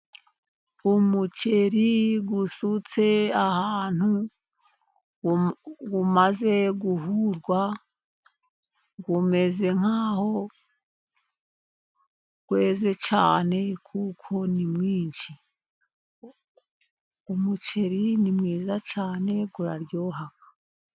Umuceri usutse ahantu umaze guhurwa umeze nkaho weze cyane, kuko ni mwinshi. Umuceri ni mwiza cyane uraryoha.